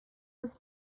was